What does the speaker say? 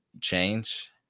change